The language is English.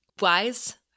Wise